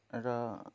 र